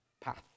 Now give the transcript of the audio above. path